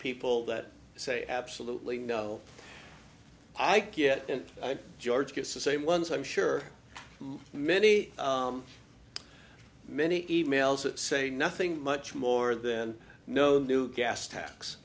people that say absolutely no i get it george gets the same ones i'm sure many many e mails that say nothing much more than no new gas tax